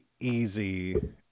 easy